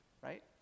right